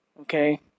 okay